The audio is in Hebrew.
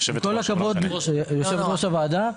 עם כל הכבוד ליושבת-ראש הוועדה,